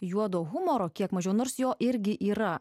juodo humoro kiek mažiau nors jo irgi yra